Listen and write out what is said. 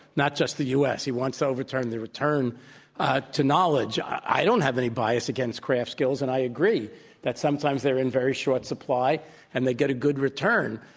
not just the u. s, he wants to overturn the return to knowledge. i don't have any bias against craft skills and i agree that sometimes they're in very short supply and they get a good return,